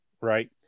right